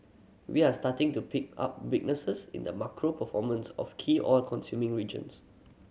we are starting to pick up weaknesses in the macro performance of key oil consuming regions